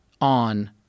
on